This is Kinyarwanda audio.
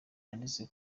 yanditse